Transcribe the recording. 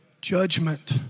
judgment